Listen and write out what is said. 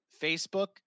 Facebook